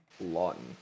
Lawton